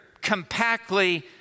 compactly